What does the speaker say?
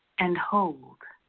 and hold,